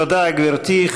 תודה, גברתי.